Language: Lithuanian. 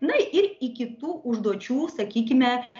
na ir iki tų užduočių sakykime